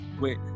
wait